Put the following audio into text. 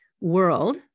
world